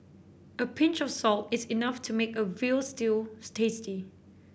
a pinch of salt is enough to make a veal stews tasty